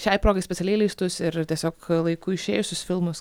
šiai progai specialiai leistus ir tiesiog laiku išėjusius filmus